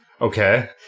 Okay